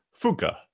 Fuka